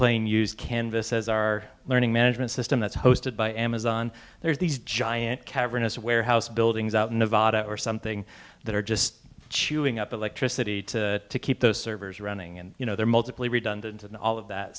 plane use canvas as our learning management system that's hosted by amazon there's these giant cavernous warehouse buildings out in nevada or something that are just chewing up electricity to keep those servers running and you know there are multiple redundant in all of that